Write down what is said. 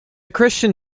christian